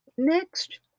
Next